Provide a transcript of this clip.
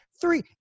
Three